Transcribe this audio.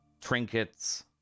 trinkets